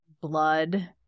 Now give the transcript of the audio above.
blood